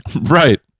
Right